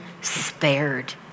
spared